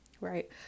right